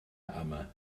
yma